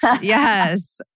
Yes